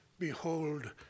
Behold